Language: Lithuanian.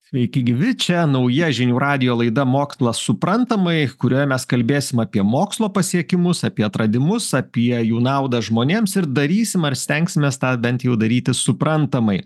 sveiki gyvi čia nauja žinių radijo laida mokslas suprantamai kurioje mes kalbėsim apie mokslo pasiekimus apie atradimus apie jų naudą žmonėms ir darysim ar stengsimės tą bent jau daryti suprantamai